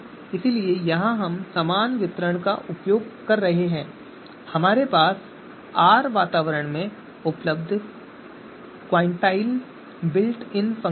इसलिए यहां हम समान वितरण का उपयोग कर रहे हैं और हमारे पास आर वातावरण में उपलब्ध क्वांटाइल बिल्ट इन फ़ंक्शन है